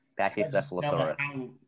Pachycephalosaurus